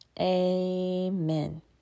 Amen